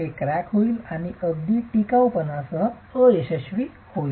हे क्रॅक होईल आणि अगदी कमी टिकाऊपणासह अयशस्वी होईल